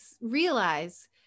realize